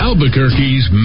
Albuquerque's